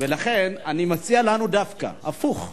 ולכן אני מציע לנו דווקא הפוך,